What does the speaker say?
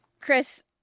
Chris